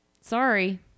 Sorry